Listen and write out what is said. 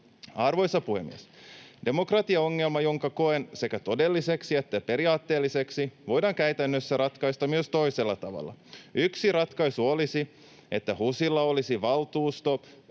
Arvoisa puhemies! Demokratiaongelma, jonka koen sekä todelliseksi että periaatteelliseksi, voidaan käytännössä ratkaista myös toisella tavalla. Yksi ratkaisu olisi, että HUSilla olisi valtuusto